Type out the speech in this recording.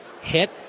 hit